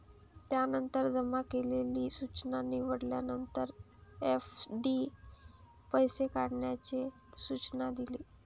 त्यानंतर जमा केलेली सूचना निवडल्यानंतर, एफ.डी पैसे काढण्याचे सूचना दिले